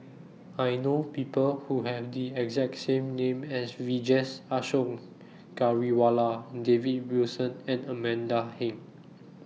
I know People Who Have The exact same name as Vijesh Ashok Ghariwala David Wilson and Amanda Heng